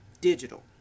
digital